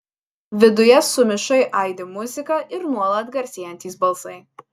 viduje sumišai aidi muzika ir nuolat garsėjantys balsai